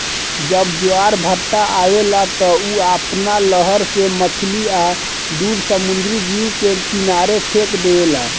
जब ज्वार भाटा आवेला त उ आपना लहर से मछली आ दुसर समुंद्री जीव के किनारे फेक देवेला